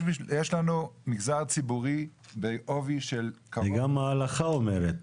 יש לנו מגזר ציבורי בעובי של --- גם ההלכה אומרת,